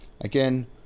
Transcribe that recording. Again